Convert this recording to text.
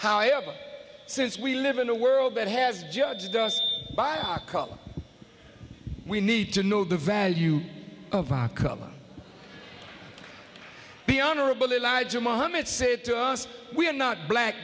how ever since we live in a world that has judged us by our color we need to know the value of our cover be honorable elijah mohammed said to us we are not black